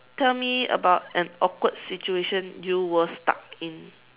tell me about an awkward situation you were stuck in